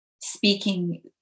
speaking